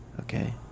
okay